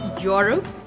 Europe